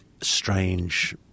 strange